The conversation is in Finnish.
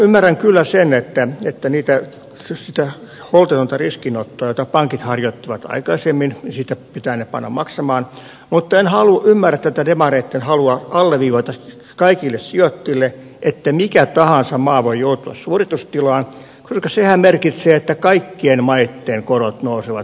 ymmärrän kyllä sen että siitä holtittomasta riskinotosta jota pankit harjoittivat aikaisemmin pitää ne panna maksamaan mutta en ymmärrä tätä demareitten halua alleviivata kaikille sijoittajille että mikä tahansa maa voi joutua suoritustilaan koska sehän merkitsee että kaikkien maitten korot nousevat